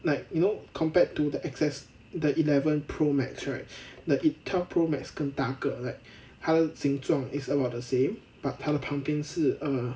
like you know compared to the X S the eleven pro max right the twelve pro max 更大个 like 它的形状 is about the same but 它的旁边是 err